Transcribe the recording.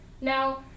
Now